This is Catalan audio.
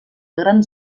grans